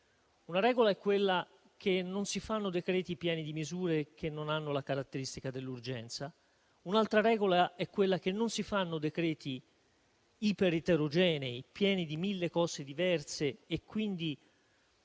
Una regola è che non si fanno decreti-legge pieni di misure che non hanno la caratteristica dell'urgenza. Un'altra regola è quella che non si fanno decreti-legge ipereterogenei, pieni di mille cose diverse, anche